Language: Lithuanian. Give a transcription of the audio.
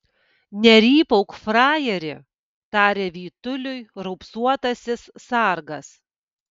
nerypauk frajeri tarė vytuliui raupsuotasis sargas